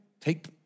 take